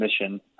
mission